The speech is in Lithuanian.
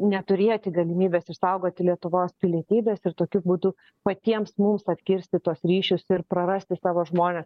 neturėti galimybės išsaugoti lietuvos pilietybės ir tokiu būdu patiems mums atkirsti tuos ryšius ir prarasti savo žmones